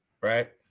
right